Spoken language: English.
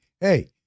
Hey